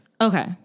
Okay